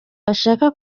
bashaka